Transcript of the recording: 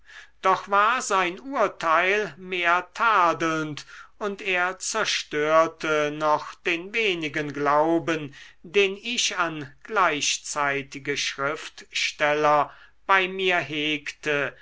doch war sein urteil mehr tadelnd und er zerstörte noch den wenigen glauben den ich an gleichzeitige schriftsteller bei mir hegte